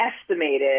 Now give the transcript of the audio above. estimated